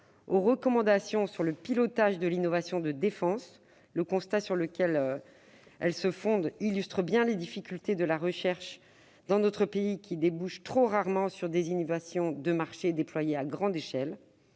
aux recommandations sur le pilotage de l'innovation de défense, qui illustre les difficultés de la recherche dans notre pays, laquelle débouche trop rarement sur des innovations de marché déployées à grande échelle.